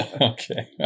Okay